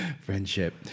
Friendship